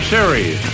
Series